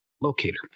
Locator